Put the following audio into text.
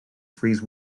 freeze